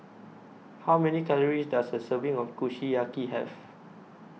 How Many Calories Does A Serving of Kushiyaki Have